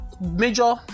major